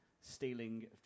stealing